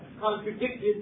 contradicted